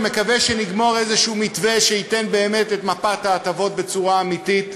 אני מקווה שנגמור איזשהו מתווה שייתן באמת את מפת ההטבות בצורה אמיתית,